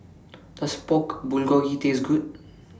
Does Pork Bulgogi Taste Good